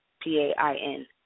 P-A-I-N